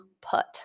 put